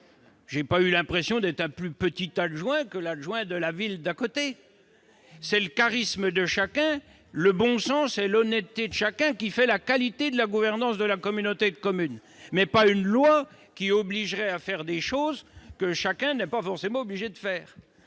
n'ai pas eu l'impression d'être un plus petit adjoint que celui de la ville d'à côté. C'est le charisme, le bon sens et l'honnêteté de chacun qui fait la qualité de la gouvernance de la communauté de communes, non une loi qui obligerait à faire des choses qui ne sont que facultatives.